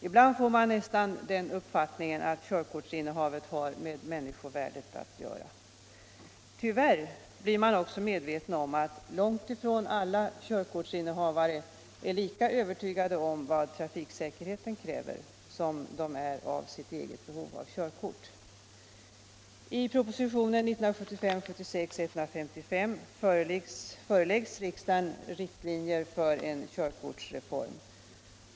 Ibland får man nästan den uppfattningen att körkortsinnehavet har med människovärdet att göra. Tyvärr blir man också medveten om att långt ifrån alla körkortsinnehavare är lika övertygade om vad trafiksäkerheten kräver som de är om sitt eget behov av körkort. I propositionen 1975/76:155 föreläggs riksdagen riktlinjer för en körkortsreform.